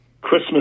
Christmas